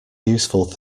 useful